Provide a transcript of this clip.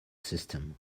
system